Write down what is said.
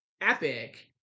Epic